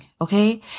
okay